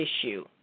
issue